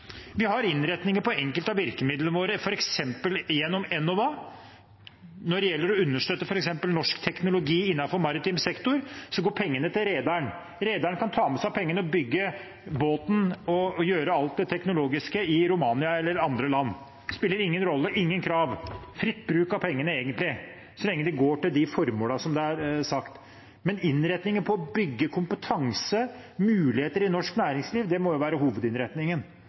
Vi har innretninger på enkelte av virkemidlene våre, f.eks. gjennom Enova. Når det gjelder f.eks. å understøtte norsk teknologi innenfor maritim sektor, så går pengene til rederen. Rederen kan ta med seg pengene og bygge båten og gjøre alt det teknologiske i Romania eller andre land. Det spiller ingen rolle, det er ingen krav, det er egentlig fritt bruk av pengene så lenge de går til de formålene som er sagt. Men det å bygge kompetanse og muligheter i norsk næringsliv må jo være hovedinnretningen.